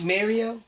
Mario